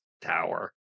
tower